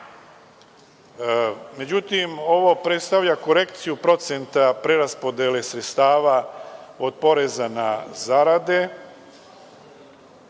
male.Međutim, ovo predstavlja korekciju procenta preraspodele sredstava od poreza na zarade